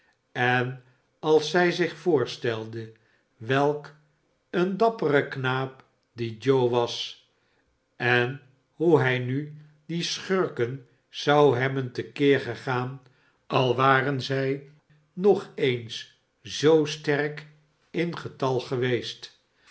en als zij zich yoorstelde welk een dappere knaap die joe was en hoe hij nu die schurken zou hebben te keer gegaan al waren zij nog eens zoo sterk in getal geweest